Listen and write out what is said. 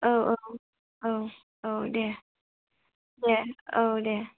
औ औ औ औ देह दे औ देह